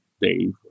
Dave